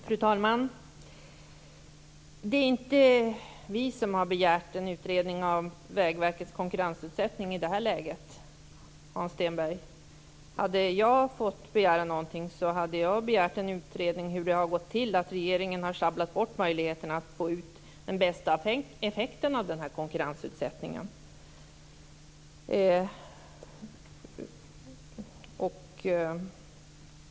Fru talman! Det är inte vi som har begärt en utredning om Vägverkets konkurrensutsättning i det här läget, Hans Stenberg. Hade jag fått begära någonting hade jag begärt en utredning om hur det har gått till när regeringen har sjabblat bort möjligheterna att få ut den bästa effekten av den här konkurrensutsättningen.